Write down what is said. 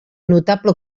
notable